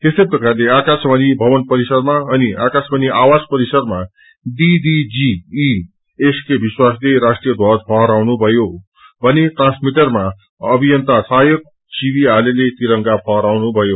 यस्तै प्रकारले आकाशवाणी भवन परिसरमा अनि आकाशवाणी आवास परिसरामा डिडिजी ई ले राष्ट्रिय ध्वज लहराउनु भयो भने ट्रान्समिटरमा अभियन्तक सहायक सीवी आलेले तिरंगा फहराउनुभयो